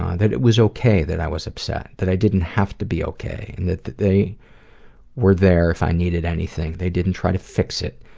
that it was ok that i was upset, that i didn't have to be ok. and that that they were there if i needed anything. they didn't try to fix it.